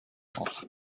auf